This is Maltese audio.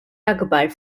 akbar